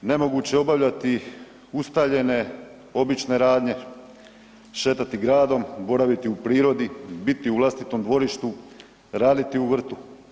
Nemoguće je obavljati ustaljene obične radnje, šetati gradom, boraviti u prirodi, biti u vlastitom dvorištu, raditi u vrtu.